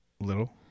little